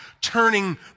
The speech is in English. turning